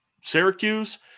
Syracuse